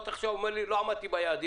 והוא כותב את התקן והוא הבוחן זה לא בריא.